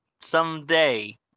Someday